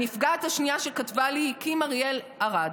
הנפגעת השנייה שכתבה לי היא קים אריאל ארד,